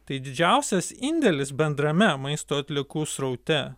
tai didžiausias indėlis bendrame maisto atliekų sraute